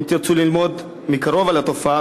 אם תרצו ללמוד מקרוב על התופעה,